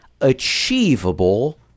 achievable